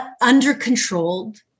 under-controlled